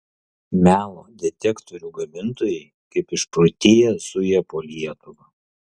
melo detektorių gamintojai kaip išprotėję zuja po lietuvą